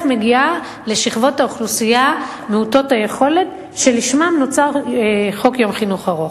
מגיע לשכבות האוכלוסייה מעוטות היכולת שלשמן נוצר חוק יום חינוך ארוך,